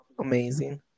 amazing